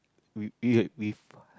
w~ w~ with